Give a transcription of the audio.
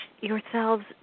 yourselves